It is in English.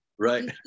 Right